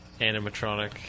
animatronic